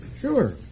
sure